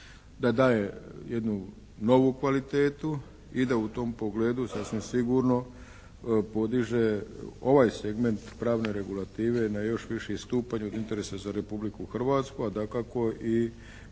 da daje jednu novu kvalitetu i da u tom pogledu sasvim sigurno podiže ovaj segment pravne regulative na još viši stupanj od interesa za Republiku Hrvatsku, a dakako i